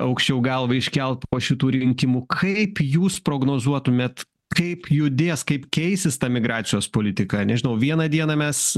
aukščiau galvą iškelt po šitų rinkimų kaip jūs prognozuotumėt kaip judės kaip keisis ta migracijos politiką nežinau vieną dieną mes